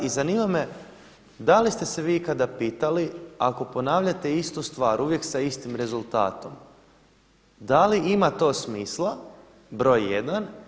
I zanima me, da li ste se vi ikada pitali ako ponavljate istu stvar uvijek sa istim rezultatom, da li ima to smisla broj jedan.